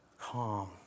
calm